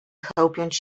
chełpiąc